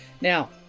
Now